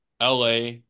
LA